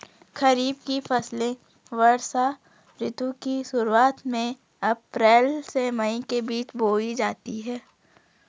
खरीफ की फसलें वर्षा ऋतु की शुरुआत में, अप्रैल से मई के बीच बोई जाती हैं